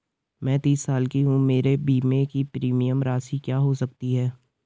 मैं तीस साल की हूँ मेरे बीमे की प्रीमियम राशि क्या हो सकती है?